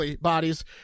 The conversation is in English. bodies